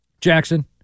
Jackson